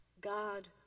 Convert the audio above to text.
God